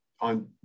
on